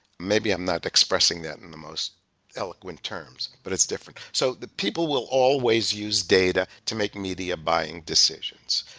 maybe i'm not expressing that in the most eloquent terms, but it's different. so the people will always use data to make media buying decisions.